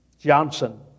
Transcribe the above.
Johnson